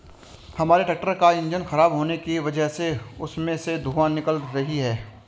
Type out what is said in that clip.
हमारे ट्रैक्टर का इंजन खराब होने की वजह से उसमें से धुआँ निकल रही है